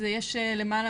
אז יש למעלה